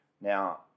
Now